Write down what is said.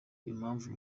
impamvu